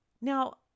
Now